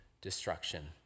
destruction